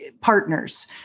partners